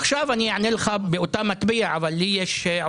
עכשיו אענה לך באותה מטבע, אבל יש לי עובדות.